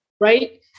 Right